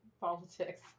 politics